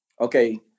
Okay